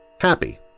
happy